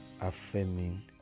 affirming